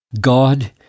God